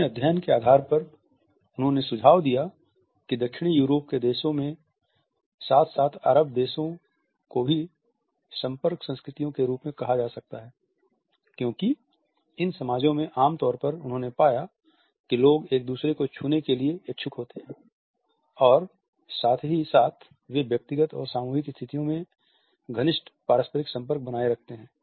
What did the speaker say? अपने अध्ययन के आधार पर उन्होंने सुझाव दिया कि दक्षिणी यूरोप के देशों के साथ साथ अरब देशों को भी संपर्क संस्कृतियों के रूप में कहा जा सकता है क्योंकि इन समाजों में आम तौर पर उन्होंने पाया कि लोग एक दूसरे को छूने के लिए इच्छुक होते हैं और साथ ही साथ वे व्यक्तिगत और सामूहिक स्थितियों में घनिष्ठ पारस्परिक संपर्क बनाए रखते हैं